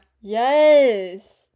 Yes